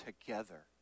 together